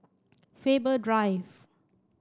Faber Drive